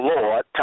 Lord